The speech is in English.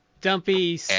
dumpy